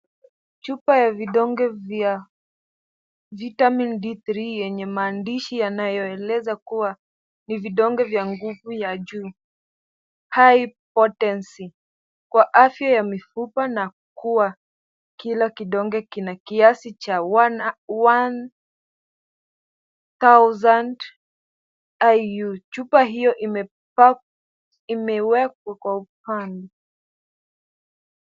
Chupa ya vidonge vya Vitamin D 3 (cs) yenye maandishi yanayoeleza kua ni vidonge vya nguvu ya juu , high potency (cs)kwa afya ya mifupa na kua Kila kidonge kina kiasi Cha 1000IU(cs) ,chupa hiyo imewekwa kwa upande.